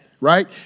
Right